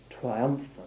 triumphant